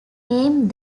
named